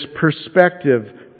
perspective